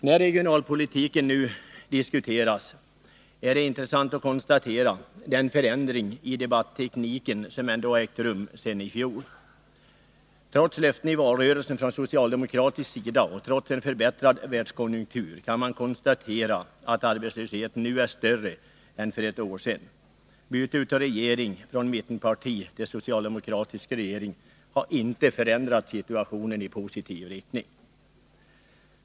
När regionalpolitiken diskuteras är det intressant att konstatera den förändring av debattekniken som ändå har ägt rum sedan i fjol. Trots löften i valrörelsen från socialdemokratisk sida och trots en förbättrad världskonjunktur, kan man konstatera att arbetslösheten nu är större än för ett år sedan. Byte av regering från mittenpartistisk till socialdemokratisk regering har inte förändrat situationen i positiv riktning.